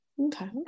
okay